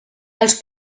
els